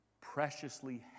preciously